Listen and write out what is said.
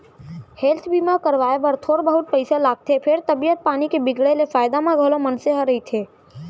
health बीमा करवाए बर थोर बहुत पइसा लागथे फेर तबीयत पानी के बिगड़े ले फायदा म घलौ मनसे ह रहिथे